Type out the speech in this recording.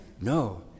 no